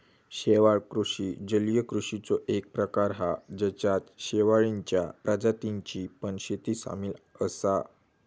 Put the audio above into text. शेवाळ कृषि जलीय कृषिचो एक प्रकार हा जेच्यात शेवाळींच्या प्रजातींची पण शेती सामील असा